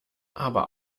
aber